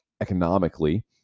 economically